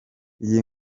iyi